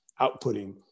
outputting